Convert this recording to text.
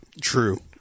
True